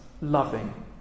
loving